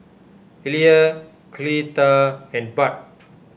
Illya Cleta and Bud